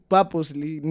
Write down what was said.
Purposely